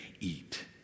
eat